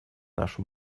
нашу